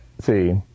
see